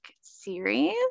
series